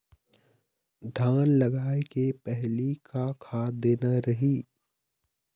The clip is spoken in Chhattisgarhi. धान लगाय के पहली का खाद देना रही?